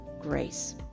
grace